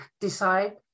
decide